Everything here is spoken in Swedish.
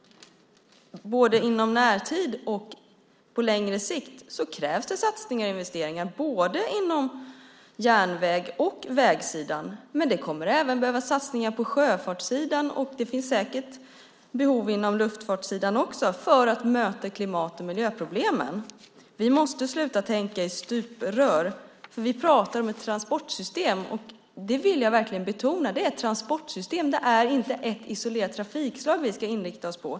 I närtid och också på längre sikt kommer det att krävas satsningar på investeringar i både järnvägar och vägar, men det kommer även att behöva göras satsningar på sjöfart, liksom det säkert finns behov inom luftfarten, just för att kunna möta klimat och miljöproblemen. Vi måste sluta tänka i stuprör, för vi talar om ett transportsystem. Jag vill verkligen betona att det är fråga om ett transportsystem. Det är inte ett isolerat trafikslag vi ska inrikta oss på.